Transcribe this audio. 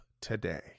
today